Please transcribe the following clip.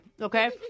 okay